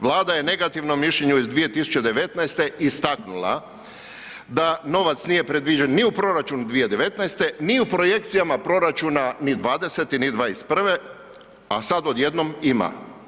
Vlada je negativno mišljenje iz 2019.istaknula da novac nije predviđen ni u proračunu 2019.ni u projekcijama proračuna ni 2020.ni 2021., a sada odjednom ima.